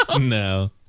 No